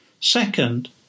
Second